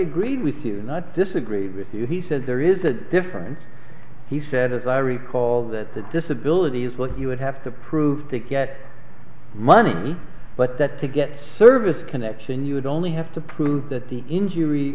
agreed with you and i disagree with you he said there is a difference he said as i recall that the disability look you would have to prove to get money but that to get service connection you would only have to prove that the injury